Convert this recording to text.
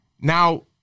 now